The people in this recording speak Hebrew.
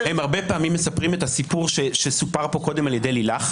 הם הרבה פעמים מספרים את הסיפור שסופר פה קודם על ידי לילך,